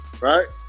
right